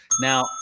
Now